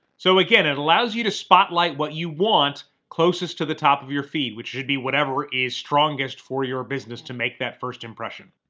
so again, it allows you to spotlight what you want closest to the top of your feed, which should be whatever is strongest for your business to make that first impression.